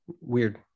weird